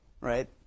right